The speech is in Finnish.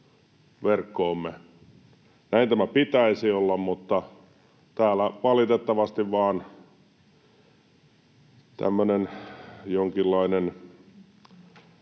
verkkoomme. Näin tämän pitäisi olla, mutta täällä valitettavasti vain tämmöinen jonkinlainen...